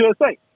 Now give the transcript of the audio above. USA